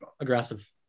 aggressive